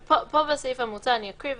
יותר,